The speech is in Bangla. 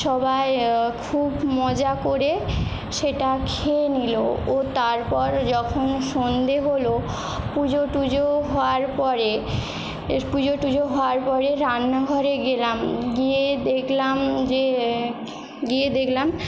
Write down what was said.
সবাই খুব মজা করে সেটা খেয়ে নিল ও তারপর যখন সন্ধে হল পুজো টুজো হওয়ার পরে পুজো টুজো হওয়ার পরে রান্নাঘরে গেলাম গিয়ে দেখলাম যে গিয়ে দেখলাম